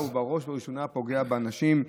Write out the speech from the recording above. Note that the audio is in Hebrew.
הוא בראש ובראשונה פוגע באנשים.